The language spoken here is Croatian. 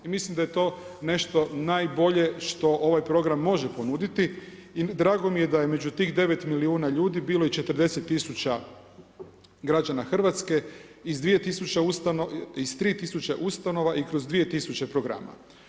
Mislim da je to nešto najbolje što ovaj program može ponuditi, drago mi je da je među tih 9 milijuna ljudi bilo 40 tisuća građana Hrvatske iz 3 000 i kroz 2 000 programa.